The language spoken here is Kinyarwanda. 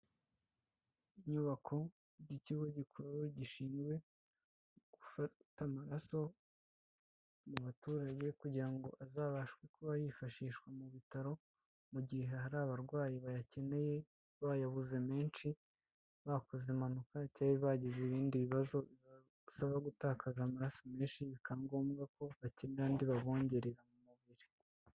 iIyubako y'ikigo gikuru gishinzwe gufata amaraso mu baturage, kugira ngo azabashe kuba yifashishwa mu bitaro, mu gihe hari abarwayi bayakeneye, bayabuze menshi, bakoze impanuka cya bagize ibindi bibazo bibasaba gutakaza amaraso menshi bikaba ngombwa ko bakene andi babongerera mu mubiri.